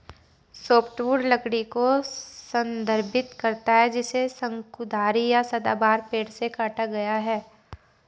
softwood लकड़ी को संदर्भित करता है जिसे शंकुधारी या सदाबहार पेड़ से काटा गया है